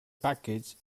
package